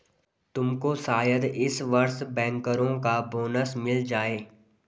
तुमको शायद इस वर्ष बैंकरों का बोनस मिल जाए